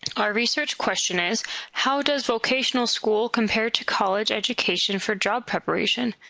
our research question is how does vocational school compare to college education for job preparation?